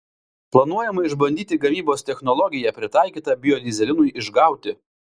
planuojama išbandyti gamybos technologiją pritaikytą biodyzelinui išgauti